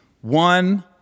One